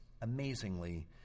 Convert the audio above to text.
amazingly